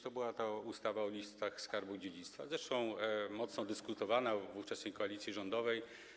To była ustawa o Liście Skarbów Dziedzictwa, zresztą mocno dyskutowana w ówczesnej koalicji rządowej.